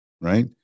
right